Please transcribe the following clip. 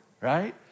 right